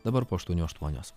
dabar po aštuonių aštuonios